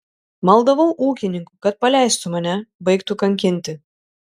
maldavau ūkininkų kad paleistų mane baigtų kankinti